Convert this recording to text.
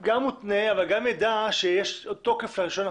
גם מותנה אבל גם ידע שיש תוקף לרישיון.